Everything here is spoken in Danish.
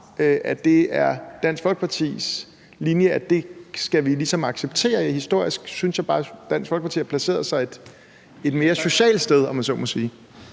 at det er Dansk Folkepartis linje, at det skal vi ligesom acceptere. Historisk synes jeg bare, at Dansk Folkeparti har placeret sig et mere socialt sted, om man så må sige.